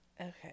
Okay